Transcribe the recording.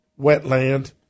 wetland